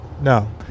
No